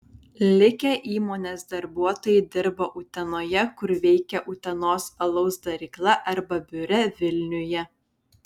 likę įmonės darbuotojai dirba utenoje kur veikia utenos alaus darykla arba biure vilniuje